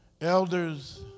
elders